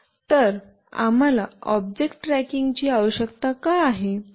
तर आम्हाला object tracking ची आवश्यकता का आहे